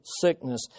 sickness